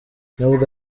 nubwo